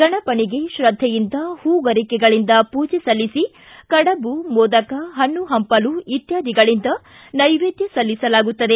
ಗಣಪನಿಗೆ ಶ್ರದ್ಧೆಯಿಂದ ಹೂ ಗರಿಕೆಗಳಿಂದ ಪೂಜೆ ಸಲ್ಲಿಸಿ ಕಡಬು ಮೊದಕ ಹಣ್ಣು ಹಂಪಲು ಇತ್ಯಾದಿಗಳಿಂದ ನೈವೇದ್ಯ ಸಲ್ಲಿಸಲಾಗುತ್ತದೆ